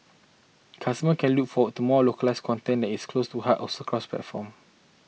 customers can look forward to more localised content that is close to hearts also across platforms